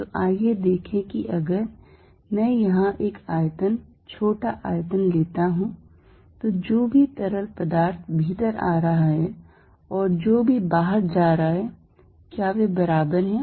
तो आइए देखें कि अगर मैं यहां एक आयतन छोटा आयतन लेता हूं तो जो भी तरल पदार्थ भीतर आ रहा है और जो भी बाहर जा रहा है क्या वे बराबर है